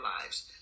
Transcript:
lives